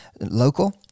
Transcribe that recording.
local